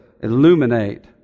illuminate